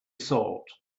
thought